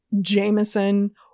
Jameson